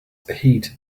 heed